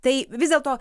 tai vis dėlto